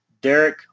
Derek